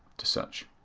to search.